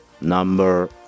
Number